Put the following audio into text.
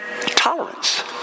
tolerance